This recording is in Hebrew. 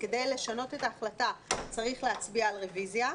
כדי לשנות את ההחלטה צריך להצביע על הרוויזיה,